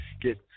Get